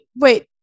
wait